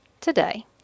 today